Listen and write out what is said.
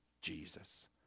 Jesus